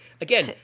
again